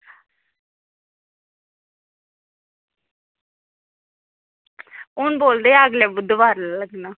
हून बोलदे अगले बुधवार गै लग्गना